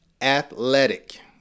Athletic